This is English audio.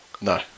No